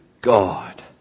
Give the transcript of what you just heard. God